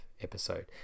episode